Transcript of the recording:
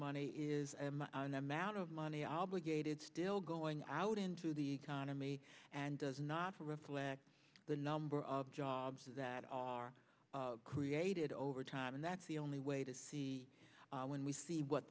money is an amount of money obligated still going out into the economy and does not for aflac the number of jobs that are created over time and that's the only way to see when we see what